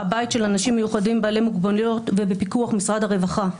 הבית של אנשים מיוחדים בעלי מוגבלויות ובפיקוח משרד הרווחה.